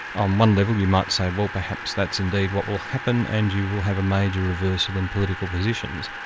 on one level you might say, well, perhaps that's indeed what will happen, and you will have a major reversal in political positions.